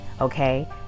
okay